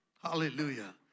Hallelujah